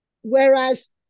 whereas